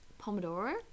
Pomodoro